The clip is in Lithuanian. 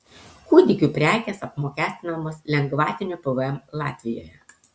kūdikių prekės apmokestinamos lengvatiniu pvm latvijoje